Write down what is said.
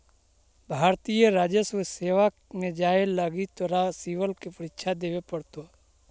भारतीय राजस्व सेवा में जाए लगी तोरा सिवल के परीक्षा देवे पड़तो